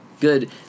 good